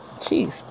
jeez